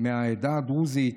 מהעדה הדרוזית,